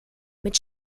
mit